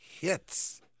hits